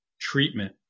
treatment